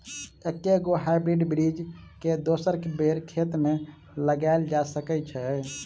एके गो हाइब्रिड बीज केँ दोसर बेर खेत मे लगैल जा सकय छै?